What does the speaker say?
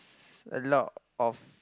a lot of